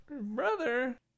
brother